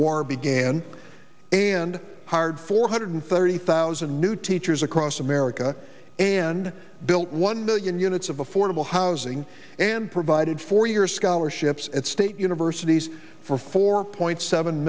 war began and hired four hundred thirty thousand new teachers across america and built one million units of affordable housing and provided four years scholarships at state universities for four point seven